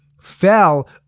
fell